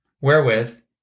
wherewith